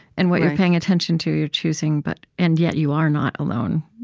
and what you're paying attention to, you're choosing. but and yet you are not alone